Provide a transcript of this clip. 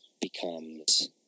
becomes